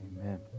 Amen